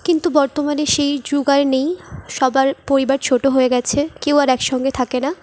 কিন্তু বর্তমানে সেই যুগ আর নেই সবার পরিবার ছোটো হয়ে গেছে কেউ আর এক সঙ্গে থাকে না